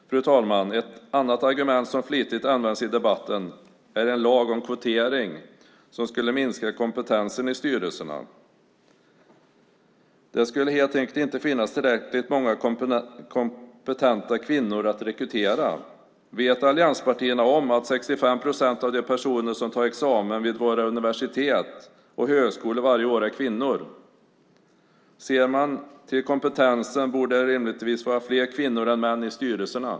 Fru talman! Ett annat argument som flitigt används i debatten är att en lag om kvotering skulle minska kompetensen i styrelserna. Det skulle helt enkelt inte finnas tillräckligt många kompetenta kvinnor att rekrytera. Vet allianspartierna om att 65 procent av de personer som tar examen vid våra universitet och högskolor varje år är kvinnor? Ser man till kompetensen borde det rimligtvis vara fler kvinnor än män i styrelserna.